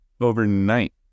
overnight